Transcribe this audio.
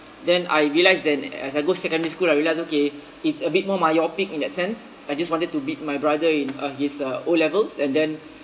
then I realised then as I go secondary school I realised okay it's a bit more myopic in that sense I just wanted to beat my brother in uh his uh O levels and then